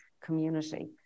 community